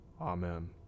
Amen